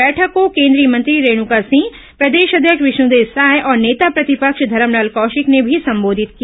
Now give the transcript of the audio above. बैठक को केंद्रीय मंत्री रेणका सिंह प्रदेश अध्यक्ष विष्णदेव साय और नेता प्रतिपक्ष धरमलाल कौशिक ने भी संबोधित किया